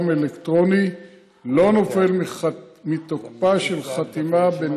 האלקטרוני לא נופל מתוקפה של חתימה על נייר.